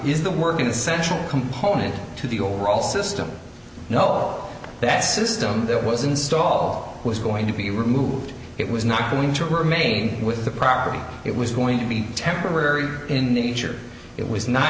the working essential component to the overall system know all that system that was install was going to be removed it was not going to remain with the property it was going to be temporary in nature it was not